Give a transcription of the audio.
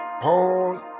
Paul